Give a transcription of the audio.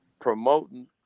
promoting